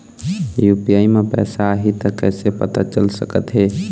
UPI म पैसा आही त कइसे पता चल सकत हे?